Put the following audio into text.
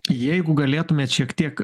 jeigu galėtumėt šiek tiek